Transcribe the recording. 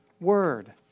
word